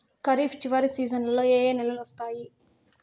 ఖరీఫ్ చివరి సీజన్లలో ఏ ఏ నెలలు వస్తాయి